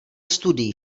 studií